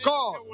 God